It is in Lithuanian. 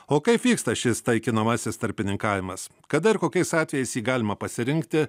o kaip vyksta šis taikinamasis tarpininkavimas kada ir kokiais atvejais jį galima pasirinkti